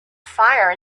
fire